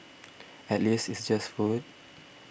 at least it's just food